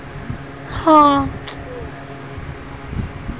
मूंगफली की खेती करने से पहले खेत को कल्टीवेटर से भुरभुरा बना दीजिए मामा जी